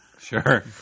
Sure